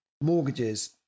mortgages